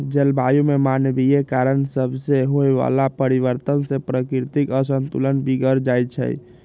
जलवायु में मानवीय कारण सभसे होए वला परिवर्तन से प्राकृतिक असंतुलन बिगर जाइ छइ